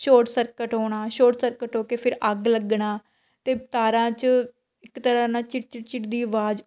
short circuit ਹੋਣਾ short circuit ਹੋ ਕੇ ਫਿਰ ਅੱਗ ਲੱਗਣਾ ਅਤੇ ਤਾਰਾਂ 'ਚ ਇੱਕ ਤਰ੍ਹਾਂ ਨਾਲ਼ ਚਿੜ ਚਿੜ ਚਿੜ ਦੀ ਆਵਾਜ਼